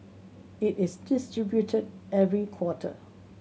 it is distributed every quarter